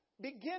begin